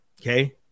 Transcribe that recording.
Okay